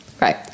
right